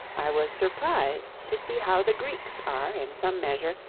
i was surprised to see how the greeks are, in some measure,